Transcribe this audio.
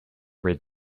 red